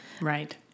Right